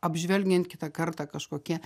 apžvelgiant kitą kartą kažkokie